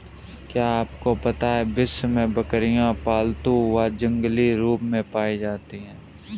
क्या आपको पता है विश्व में बकरियाँ पालतू व जंगली रूप में पाई जाती हैं?